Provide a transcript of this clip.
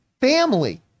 Family